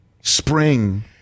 Spring